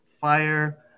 fire